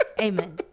amen